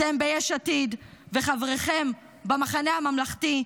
אתם ביש עתיד וחבריכם במחנה הממלכתי,